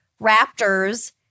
raptors